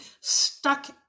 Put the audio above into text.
stuck